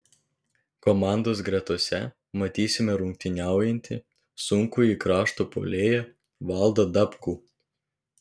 komandos gretose matysime rungtyniaujantį sunkųjį krašto puolėją valdą dabkų